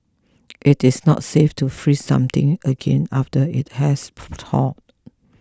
it is not safe to freeze something again after it has thawed